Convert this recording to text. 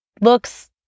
looks